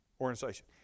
organization